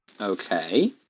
Okay